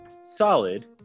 solid